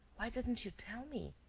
why didn't you tell me?